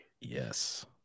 Yes